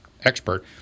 expert